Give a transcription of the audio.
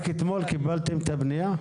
רק אתמול קיבלתם את הפנייה?